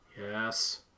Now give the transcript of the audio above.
Yes